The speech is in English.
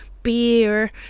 beer